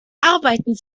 arbeiten